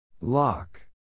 Lock